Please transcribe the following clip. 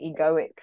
egoic